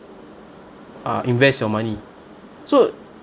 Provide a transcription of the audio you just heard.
uh invest your money so